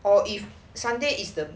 or if sunday is the